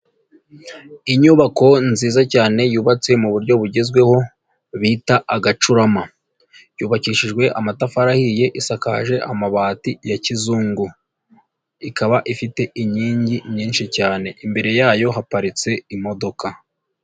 Inyubako nziza cyane yubatse mu buryo bugezweho, bita agacurama. Yubakishijwe amatafari ahiye, isakaje amabati ya kizungu. Ikaba ifite inkingi nyinshi cyane. Imbere yayo haparitse imodoka.